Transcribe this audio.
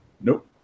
Nope